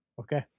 Okay